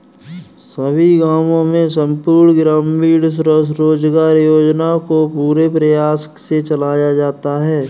सभी गांवों में संपूर्ण ग्रामीण रोजगार योजना को पूरे प्रयास से चलाया जाता है